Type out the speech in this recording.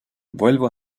vuelvo